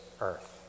earth